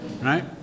Right